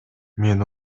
мен